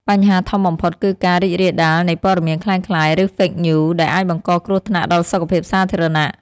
បញ្ហាធំបំផុតគឺការរីករាលដាលនៃព័ត៌មានក្លែងក្លាយ ឬ Fake News ដែលអាចបង្កគ្រោះថ្នាក់ដល់សុខភាពសាធារណៈ។